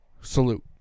salute